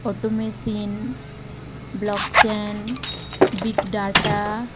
automation blockchain big data